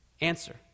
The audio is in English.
Answer